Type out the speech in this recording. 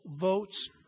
votes